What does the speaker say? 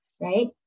right